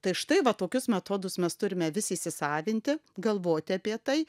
tai štai va tokius metodus mes turime vis įsisavinti galvoti apie tai